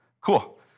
cool